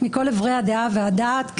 מכל עברי הדעה והדעת,